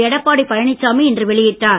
எடப்பாடி பழனிச்சாமி இன்று வெளியிட்டார்